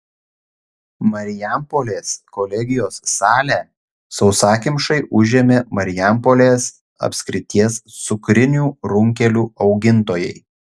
marijampolės kolegijos salę sausakimšai užėmė marijampolės apskrities cukrinių runkelių augintojai